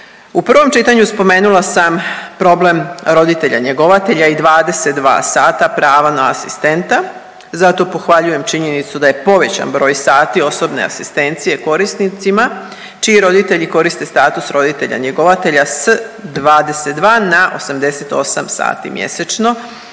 U prvom čitanju spomenula sam problem roditelja njegovatelja i 22 sata prava na asistenta. Zato pohvaljujem činjenicu da je povećan broj sati osobne asistencije korisnicima čiji roditelji koriste status roditelja njegovatelja s 22 na 88 sati mjesečno